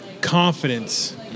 confidence